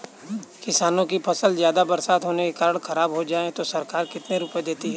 किसानों की फसल ज्यादा बरसात होने के कारण खराब हो जाए तो सरकार कितने रुपये देती है?